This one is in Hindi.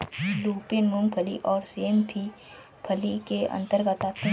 लूपिन, मूंगफली और सेम भी फली के अंतर्गत आते हैं